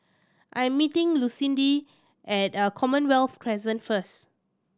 I'm meeting Lucindy at Commonwealth Crescent first